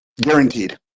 guaranteed